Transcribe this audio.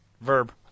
Verb